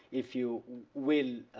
if you will,